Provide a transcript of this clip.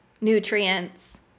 nutrients